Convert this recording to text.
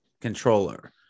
controller